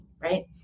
right